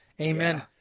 Amen